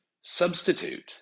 substitute